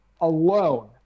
alone